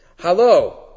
Hello